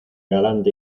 galante